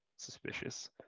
Suspicious